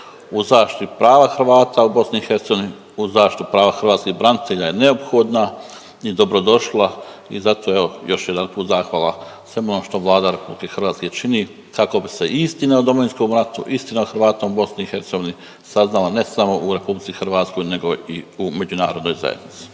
u zaštiti prava Hrvata u Bosni i Hercegovini, u zaštiti prava hrvatskih branitelja je neophodna i dobro došla i zato evo još jedan put zahvala na svemu onome što Vlada Republike Hrvatske čini kako bi se istina o Domovinskom ratu, istina o Hrvatima u Bosni i Hercegovini saznala ne samo u Republici Hrvatskoj, nego i u međunarodnoj zajednici.